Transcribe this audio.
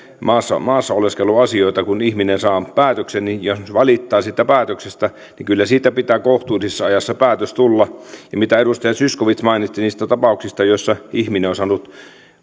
maassaoleskeluasioita kun ihminen saa päätöksen ja jos valittaa siitä päätöksestä niin kyllä siitä pitää kohtuullisessa ajassa päätös tulla ja kun edustaja zyskowicz mainitsi niistä tapauksista joissa ihminen on saanut